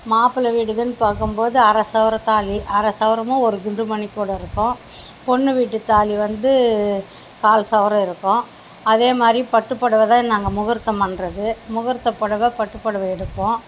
மாப்பிள வீட்டுதுன்னு பார்க்கும்போது அரை சவரன் தாலி அரை சவரன் ஒரு குண்டுமணி கூடயிருக்கும் பொண்ணு வீட்டு தாலி வந்து கால் சவரன் இருக்கும் அதேமாதிரி பட்டுப்புடவை தான் நாங்கள் முகூர்த்தம் பண்ணுறது முகூர்த்தப் புடவ பட்டுப்புடவ எடுப்போம்